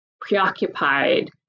preoccupied